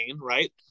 right